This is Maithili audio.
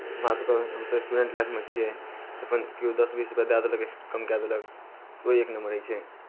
हमरा सभके हमसभ स्टूडेंट लाइफमे छियै तऽ अपन केओ दस बीस रुपैआ दए देलक कम कए देलक ओ एक नंबर रहै छै